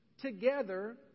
together